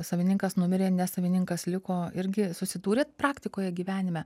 savininkas numirė ne savininkas liko irgi susidūrėt praktikoje gyvenime